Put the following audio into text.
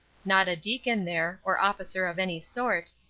not a deacon there, or officer of any sort,